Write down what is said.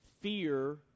fear